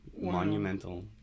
Monumental